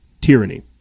Tyranny